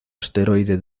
asteroide